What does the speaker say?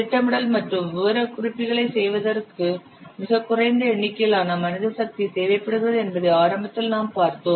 திட்டமிடல் மற்றும் விவரக்குறிப்புகளைச் செய்வதற்கு மிகக் குறைந்த எண்ணிக்கையிலான மனித சக்தி தேவை என்பதை ஆரம்பத்தில் நாம் பார்த்தோம்